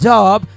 Job